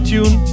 Tune